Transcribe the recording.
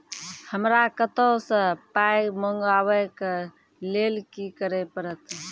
हमरा कतौ सअ पाय मंगावै कऽ लेल की करे पड़त?